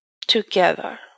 Together